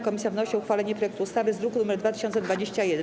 Komisja wnosi o uchwalenie projektu ustawy z druku nr 2021.